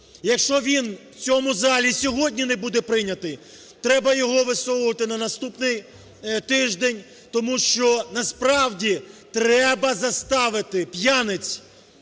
якщо він в цьому залі і сьогодні не буде прийнятий, треба його висовувати на наступний тиждень, тому що насправді треба заставити п'яниць,